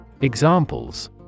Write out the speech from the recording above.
Examples